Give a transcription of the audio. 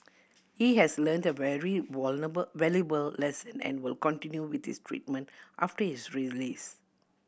he has learnt a very valuable valuable lesson and will continue with his treatment after his release